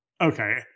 Okay